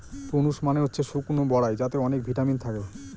prunes মানে হচ্ছে শুকনো বরাই যাতে অনেক ভিটামিন থাকে